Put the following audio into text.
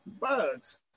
Bugs